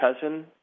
cousin